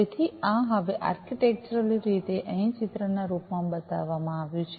તેથી આ હવે આર્કિટેક્ચરલી રીતે અહીં ચિત્રના રૂપમાં બતાવવામાં આવ્યું છે